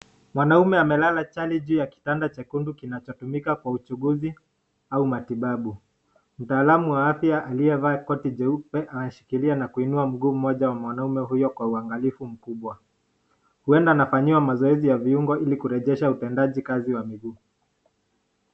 Mwanamume amelala chale juu ya kitanda chekundu kinachotumika kwa uchunguzi au matibabu. Mtaalam wa afya aliyevaa koti jeupe anashikilia na kuinua mguu mmoja wa mwanaume huyo kwa uangalifu mkubwa. Huenda anafanyiwa mazoezi ya viungo ili kurejesha utendaji kazi wa miguu.